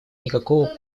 никакого